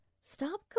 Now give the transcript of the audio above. Stop